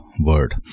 word